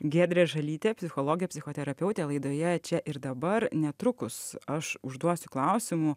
giedrė žalytė psichologė psichoterapeutė laidoje čia ir dabar netrukus aš užduosiu klausimų